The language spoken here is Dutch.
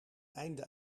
einde